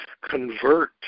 convert